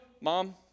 mom